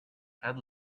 add